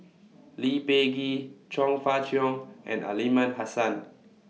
Lee Peh Gee Chong Fah Cheong and Aliman Hassan